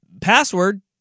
password